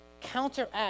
counteract